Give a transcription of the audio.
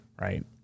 Right